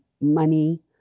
money